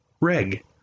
reg